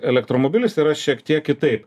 elektromobilis yra šiek tiek kitaip